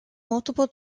multiple